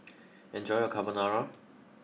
enjoy your Carbonara